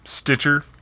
Stitcher